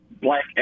black